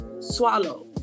swallow